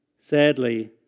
Sadly